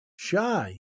shy